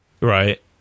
Right